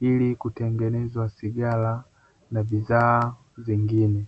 ili kutengenezwa sigara na bidhaa zingine.